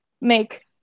make